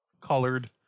colored